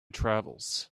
travels